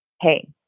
Hey